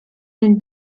den